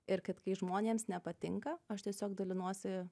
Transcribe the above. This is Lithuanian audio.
ir kad kai žmonėms nepatinka aš tiesiog dalinuosi